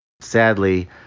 Sadly